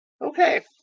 Okay